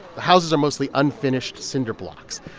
houses are mostly unfinished cinder blocks.